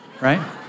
right